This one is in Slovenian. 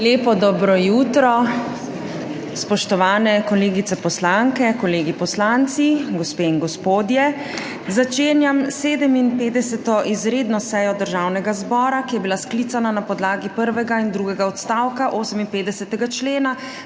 Lepo dobro jutro, spoštovani kolegice poslanke, kolegi poslanci, gospe in gospodje! Začenjam 57. izredno sejo Državnega zbora, ki je bila sklicana na podlagi prvega in drugega odstavka 58. člena